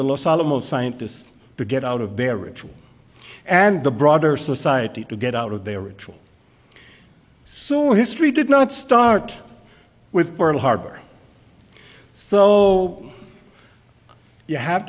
los alamos scientist to get out of their rituals and the broader society to get out of their ritual so history did not start with pearl harbor so you have